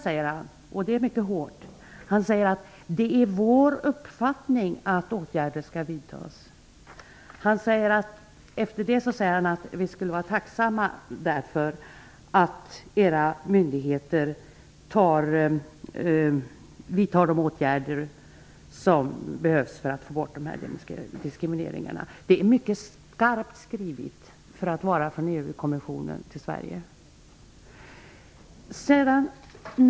Sedan skriver han att det är deras uppfattning att åtgärder skall vidtas. Efter det skriver han att han skulle vara tacksam om våra myndigheter vidtar de åtgärder som behövs för att få bort dessa diskrimineringar. Det är mycket starkt skrivet, med tanke på att det kommer från EU kommissionen till Sverige.